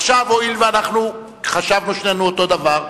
עכשיו הואיל ואנחנו חשבנו שנינו אותו דבר,